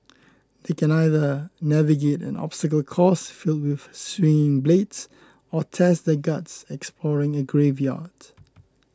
they can either navigate an obstacle course filled with swinging blades or test their guts exploring a graveyard